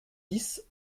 dix